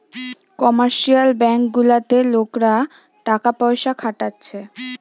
commercial bank গুলাতে লোকরা টাকা পয়সা খাটাচ্ছে